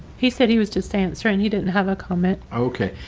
he said he was just saying sir and he didn't have a comment. okay,